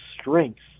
strengths